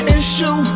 issue